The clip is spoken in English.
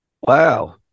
Wow